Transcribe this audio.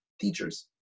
teachers